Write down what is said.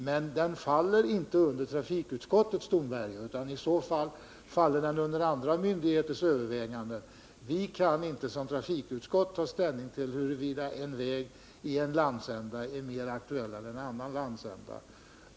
Men denna fråga faller inte under trafikutskottets domvärjo, utan det är andra myndigheter som har att göra övervägandena. Trafikutskottet kan inte ta ställning till huruvida en väg i en landsända är mer betydelsefull än en väg i en annan landsända.